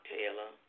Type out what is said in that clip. Taylor